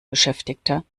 beschäftigter